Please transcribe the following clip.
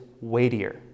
weightier